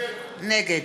נגד